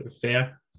fair